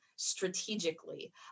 strategically